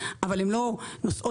אין להם בעיה עם זה שהדיון מוקלט.